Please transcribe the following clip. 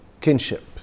kinship